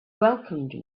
welcomed